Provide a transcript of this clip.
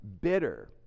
bitter